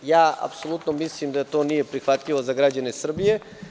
Apsolutno mislim da to nije prihvatljivo za građane Srbije.